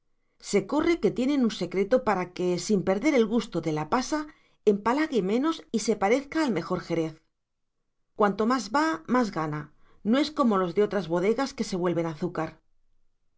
se corre que tienen un secreto para que sin perder el gusto de la pasa empalague menos y se parezca al mejor jerez cuanto más va más gana no es como los de otras bodegas que se vuelven azúcar